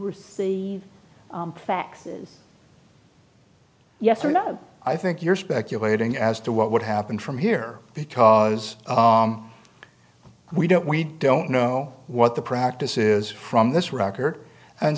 receive faxes yes or not i think you're speculating as to what would happen from here because we don't we don't know what the practice is from this record and